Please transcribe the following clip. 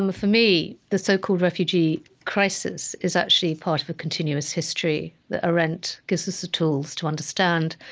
um for me, the so-called refugee crisis is actually part of a continuous history that arendt gives us the tools to understand,